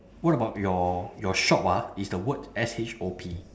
what about your your shop ah is the word S H O P